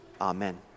Amen